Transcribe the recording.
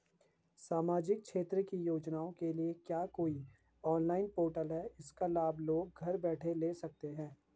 सामाजिक क्षेत्र की योजनाओं के लिए क्या कोई ऑनलाइन पोर्टल है इसका लाभ लोग घर बैठे ले सकते हैं?